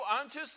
unto